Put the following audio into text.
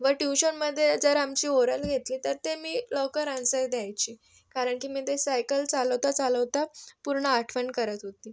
व ट्यूशनमध्ये जर आमची ओरल घेतली तर ते मी लवकर आन्सर द्यायची कारण की मी ते सायकल चालवता चालवता पूर्ण आठवण करत होती